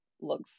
look